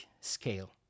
scale